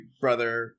Brother